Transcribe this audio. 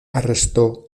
arrestó